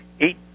eight